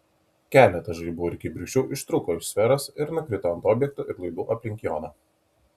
keletas žaibų ir kibirkščių ištrūko iš sferos ir nukrito ant objektų ir laidų aplink joną